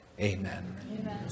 amen